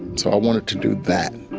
so i wanted to do that.